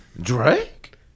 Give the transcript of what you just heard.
Drake